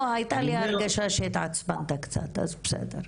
לא, הייתה לי הרגשה שהתעצבנת קצת, אז בסדר.